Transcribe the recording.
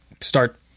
start –